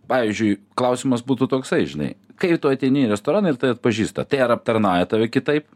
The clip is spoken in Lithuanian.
pavyzdžiui klausimas būtų toksai žinai kai jau tu ateini į restoraną ir tai atpažįsta tai ar aptarnauja tave kitaip